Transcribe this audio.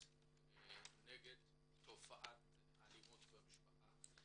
נגד תופעת האלימות במשפחה.